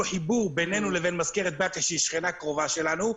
חיבור בינינו לבין מזכרת בתיה שהיא שכנה קרובה שלנו,